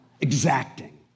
exacting